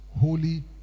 holy